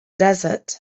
desert